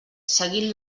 seguint